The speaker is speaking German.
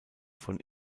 von